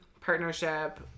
partnership